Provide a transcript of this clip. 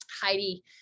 Heidi